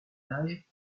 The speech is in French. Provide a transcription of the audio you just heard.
âge